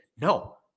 no